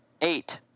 Eight